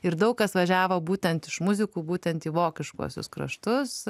ir daug kas važiavo būtent iš muzikų būtent į vokiškuosius kraštus